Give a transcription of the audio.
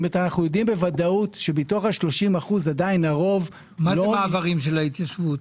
כלומר אנו יודעים בוודאות שמתוך 30%- -- מה זה מעברים של ההתיישבות?